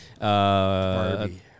Barbie